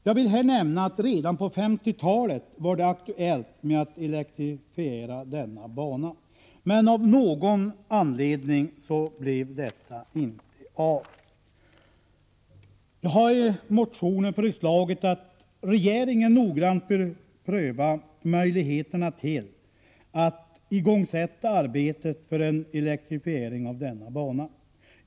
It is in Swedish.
Jag vill här nämna att redan på 1950-talet var det aktuellt att elektrifiera denna bana, men av någon anledning blev det inte av. Jag har i motionen sagt att regeringen noggrant bör pröva möjligheterna att igångsätta arbetet för en elektrifiering av denna bana.